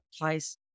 place